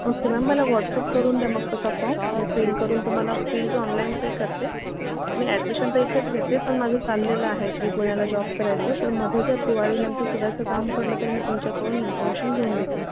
okay ma'am मला WhatsApp करून द्या मग तसा फॉर्म मी फील करून तुम्हाला फीज ऑनलाईन पे करते मी ऍडमिशन तर इथेच घेते पण माझं चाललेलं आहे की पुण्याला जॉब करायचं तर मध्ये जर दिवाळीनंतर पुण्याचं काम पडलं तर मी तुमच्याकडून इन्फॉर्मेशन घेऊन घेतली